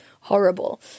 horrible